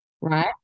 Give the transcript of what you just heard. right